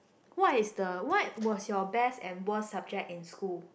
what is the what was your best and worst subject in school